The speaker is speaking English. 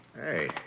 Hey